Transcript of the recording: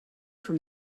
from